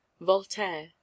Voltaire